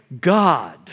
God